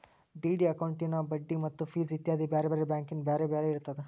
DD ಅಕೌಂಟಿನ್ ಬಡ್ಡಿ ಮತ್ತ ಫಿಸ್ ಇತ್ಯಾದಿ ಬ್ಯಾರೆ ಬ್ಯಾರೆ ಬ್ಯಾಂಕಿಂದ್ ಬ್ಯಾರೆ ಬ್ಯಾರೆ ಇರ್ತದ